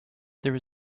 there